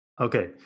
Okay